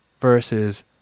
versus